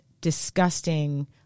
disgusting